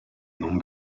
non